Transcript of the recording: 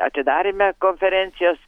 atidaryme konferencijos